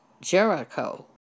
Jericho